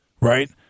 right